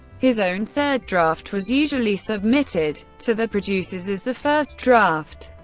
his own third draft was usually submitted to the producers as the first draft.